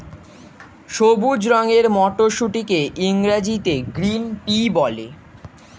সবুজ রঙের মটরশুঁটিকে ইংরেজিতে গ্রিন পি বলে